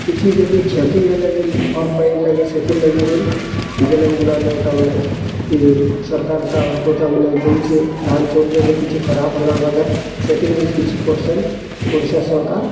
କିଛି ଯଦି କ୍ଷତି ହେଲେ ବି ଭର୍ ପାଇଁ ସେଥିର୍ ଲାଗି ବି ତା ମାନେ ଇଏ ସରକାର୍ ତ ଦେଉଛେ ଧାନ ଚଳୁଛେ ଦେଖୁଛେ ଖରାପ୍ ହେଲା ବେଲେ ସେଥିରେ ବିଲେ କିଛି ପଟ୍ସନ୍ ଓଡ଼ିଶା ସରକାର